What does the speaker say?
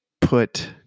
put